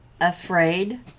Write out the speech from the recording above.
afraid